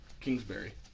Kingsbury